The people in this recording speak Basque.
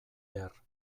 behar